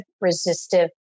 resistive